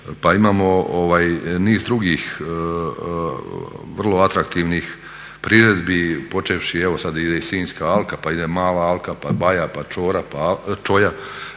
pa imamo niz drugih vrlo atraktivnih priredbi počevši evo sad ide i Sinjska alka, pa ide i Mala alka, pa Baja, pa Čoja,